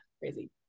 crazy